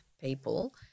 people